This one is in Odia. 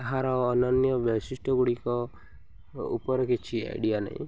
ତାହାର ଅନନ୍ୟ ବୈଶିଷ୍ଟ୍ୟ ଗୁଡ଼ିକ ଉପରେ କିଛି ଆଇଡ଼ିଆ ନାହିଁ